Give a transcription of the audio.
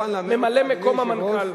ממלא-מקום המנכ"ל.